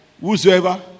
Whosoever